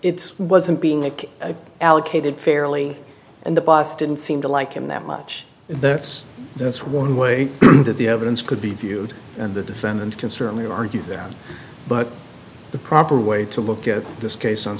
it wasn't being like a allocated fairly and the boss didn't seem to like him that much that's that's one way that the evidence could be viewed and the defendant can certainly argue that but the proper way to look at this case